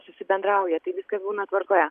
susibendrauja tai viskas būna tvarkoje